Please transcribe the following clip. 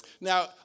Now